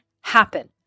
happen